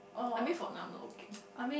I mean for now I'm not looking